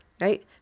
Right